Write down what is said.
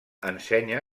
ensenya